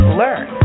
learn